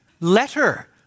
Letter